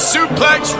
Suplex